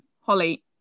Holly